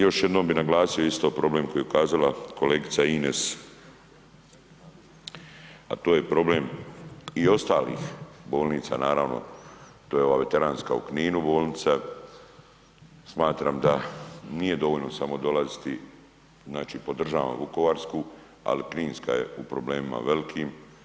Još jednom bi naglasio isto problem koji je ukazala kolegice Ines, a to je problem i ostalih bolnica, naravno, to je ova veteranska u Kninu bolnica, smatram da nije dovoljno samo dolaziti, znači podržavam vukovarsku, ali kninska je u problemima velikim.